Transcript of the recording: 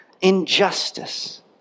injustice